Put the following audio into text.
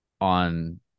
on